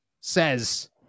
says